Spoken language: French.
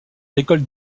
l’école